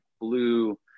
blue